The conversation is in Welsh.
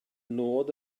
nod